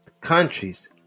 countries